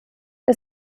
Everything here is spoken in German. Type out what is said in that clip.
der